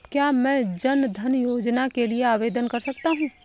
क्या मैं जन धन योजना के लिए आवेदन कर सकता हूँ?